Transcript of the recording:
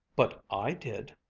but i did,